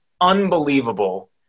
unbelievable